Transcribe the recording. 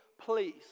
please